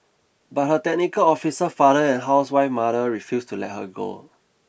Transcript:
but her technical officer father and housewife mother refused to let her go